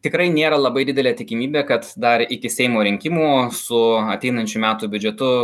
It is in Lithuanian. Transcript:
tikrai nėra labai didelė tikimybė kad dar iki seimo rinkimų su ateinančių metų biudžetu